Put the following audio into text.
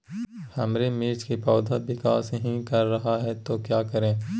हमारे मिर्च कि पौधा विकास ही कर रहा है तो क्या करे?